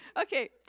Okay